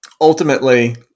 ultimately